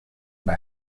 una